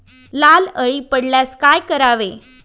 लाल अळी पडल्यास काय करावे?